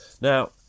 Now